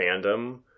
fandom